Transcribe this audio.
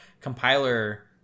compiler